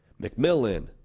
McMillan